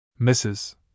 Mrs